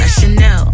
Chanel